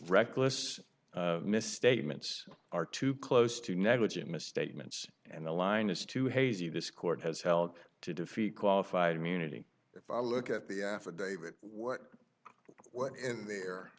reckless misstatements are too close to negligent misstatements and the line is too hazy this court has held to defeat qualified immunity if i look at the affidavit what went in the